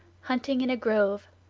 hunting in a grove,